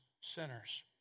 sinners